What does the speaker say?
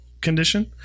condition